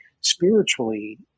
spiritually